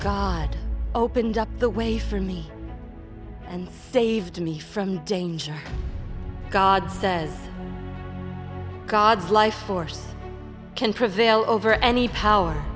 god opened up the way for me and saved me from danger god says god's life force can prevail over any power